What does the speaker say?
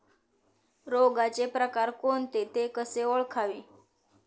रोगाचे प्रकार कोणते? ते कसे ओळखावे?